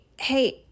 hey